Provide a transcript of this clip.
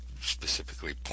specifically